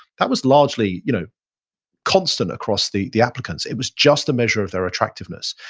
that was largely you know constant across the the applicants. it was just a measure of their attractiveness.